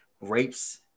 rapes